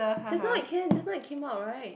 just now it can just now it came out right